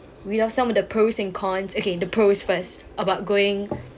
we know some of the pros and cons okay the pros first about going